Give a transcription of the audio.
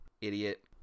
idiot